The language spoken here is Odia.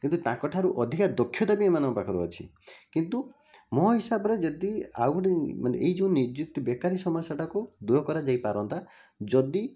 କିନ୍ତୁ ତାଙ୍କଠାରୁ ଦକ୍ଷତା ବି ଏମାନଙ୍କ ପାଖରେ ଅଛି କିନ୍ତୁ ମୋ ହିସାବରେ ଯଦି ଆଉ ଗୋଟିଏ ମାନେ ଏଇ ଯେଉଁ ନିଯୁକ୍ତି ବେକାରୀ ସମସ୍ୟାଟାକୁ ଦୂର କରାଯାଇପାରନ୍ତା ଯଦି